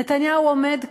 נתניהו עומד כאן,